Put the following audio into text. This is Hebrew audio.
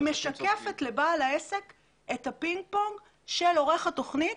היא משקפת לבעל העסק את הפינג פונג של עורך התוכנית